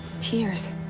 Tears